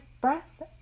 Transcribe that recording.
breath